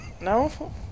No